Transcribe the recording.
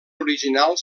original